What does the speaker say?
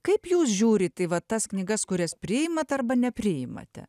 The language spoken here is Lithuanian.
kaip jūs žiūrit į va tas knygas kurias priimat arba nepriimate